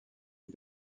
est